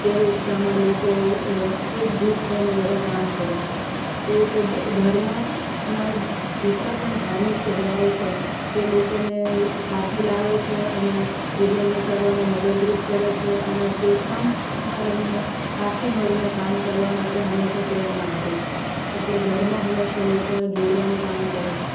તે ઉત્સાહમાં લોકો એકજૂટ થઈને બધાં કામ કરે છે એવી રીતે ધર્મના જેટલા પણ ધાર્મિક તહેવારો છે તે લોકોને સાથે લાવે છે અને ઉજવણી કરવામાં મદદરૂપ કરે છે અને તે સંપમા રહીને સાથે મળીને કામ કરવા માટે હંમેશા પ્રેરણા આપે છે એટલે ધર્મ હંમેશા લોકોને જોડવાનું કામ કરે છે